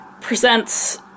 presents